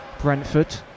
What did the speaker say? Brentford